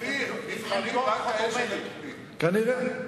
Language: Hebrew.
עמדות חוטובלי, כנראה.